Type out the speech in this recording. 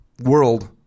world